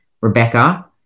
Rebecca